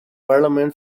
parliament